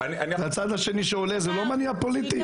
הצד השני שעולה זה לא מניע פוליטי?